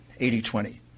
80-20